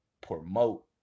promote